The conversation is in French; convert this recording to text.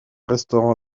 restaurant